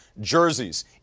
jerseys